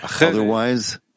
Otherwise